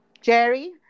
jerry